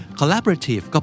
collaborative